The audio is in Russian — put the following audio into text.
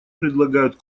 предлагают